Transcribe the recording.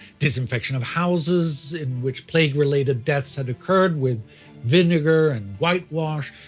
disinfection of houses in which plague-related deaths had occurred with vinegar and whitewash,